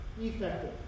Effective